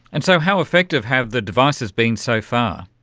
and so how effective have the devices been so far?